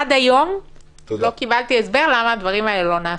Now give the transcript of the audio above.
עד היום לא קיבלתי הסבר למה הדברים האלה לא נעשו.